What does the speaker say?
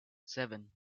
seven